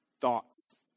thoughts